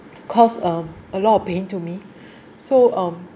cause a a lot of pain to me so um